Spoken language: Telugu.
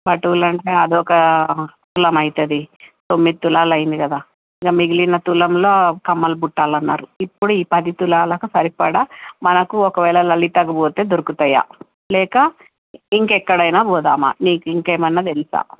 పటువులు అంటే అది ఒక తులము అవుతుంది తొమ్మిది తులాల అయింది కదా ఇంకా మిగిలిన తులంలో కమ్మల బుట్టలు అన్నారు ఇప్పుడూ ఈ పది తులాలకు సరిపడా మనకు ఒకవేళ లలితకు పోతే దొరుకుతయా లేక ఇంకెక్కడైనా పోదామా మీకు ఇంకేమైన తెలుసా